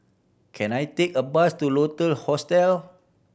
can I take a bus to Lotus Hostel